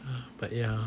ah but ya